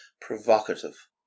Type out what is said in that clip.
provocative